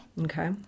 Okay